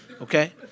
Okay